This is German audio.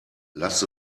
lasst